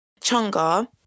Chunga